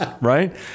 right